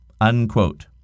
Unquote